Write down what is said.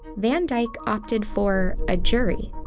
van dyke opted for a jury.